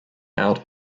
out